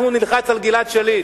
אנחנו נלחץ על גלעד שליט.